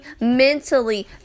mentally